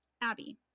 Abby